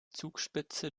zugspitze